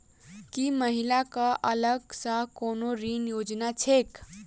की महिला कऽ अलग सँ कोनो ऋण योजना छैक?